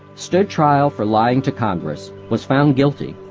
stood trial for lying to congress, was found guilty,